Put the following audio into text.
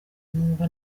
numva